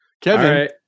Kevin